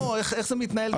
יראה בעצמו איך זה מתנהל.